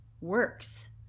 works